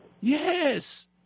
Yes